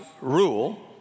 rule